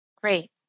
Great